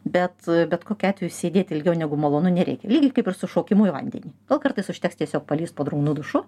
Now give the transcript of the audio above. bet bet kokiu atveju sėdėti ilgiau negu malonu nereikia lygiai kaip ir su šokimu į vandenį gal kartais užteks tiesiog palįst po drungnu dušu